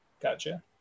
Gotcha